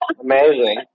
Amazing